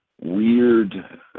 weird